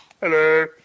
Hello